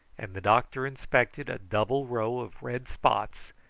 and the doctor inspected a double row of red spots,